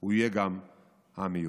הוא יהיה גם עם מיוחד.